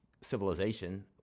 civilization